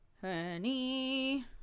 honey